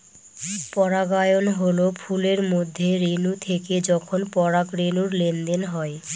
পরাগায়ন হল ফুলের মধ্যে রেনু থেকে যখন পরাগরেনুর লেনদেন হয়